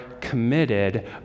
committed